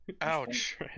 ouch